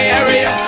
area